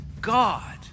God